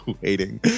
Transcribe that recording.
waiting